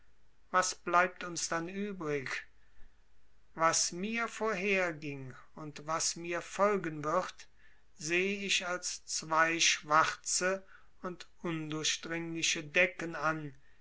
was bleibt uns dann übrig was mir vorherging und was mir folgen wird sehe ich als zwei schwarze und undurchdringliche decken an